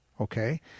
okay